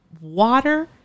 water